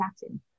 chatting